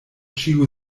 ĉio